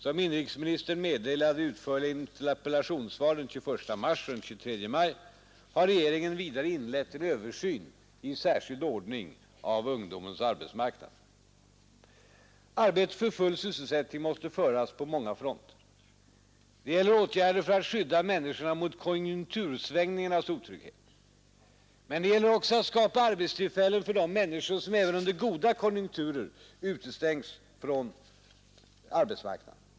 Som inrikesministern meddelade i utförliga interpellationssvar den 21 mars och den 23 maj har regeringen vidare inlett en översyn i särskild ordning av ungdomens arbetsmarknad. Arbetet för full sysselsättning måste föras på många fronter. Det gäller åtgärder för att skydda människorna mot konjunktursvängningarnas otrygghet. Men det gäller också att skapa arbetstillfällen för de människor som även under goda konjunkturer utestängs från arbetsmarknaden.